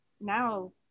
now